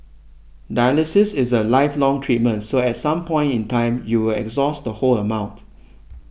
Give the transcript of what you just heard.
dialysis is a lifelong treatment so at some point in time you will exhaust the whole amount